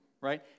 right